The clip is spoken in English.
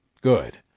Good